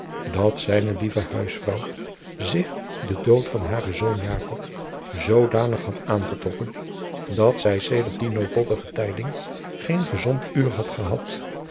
dat zijne lieve huisvrouw zich den dood van haren zoon jakob zoodanig had aangetrokken dat zij sedert die noodlottige tijding geen gezond uur had gehad